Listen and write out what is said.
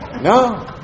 No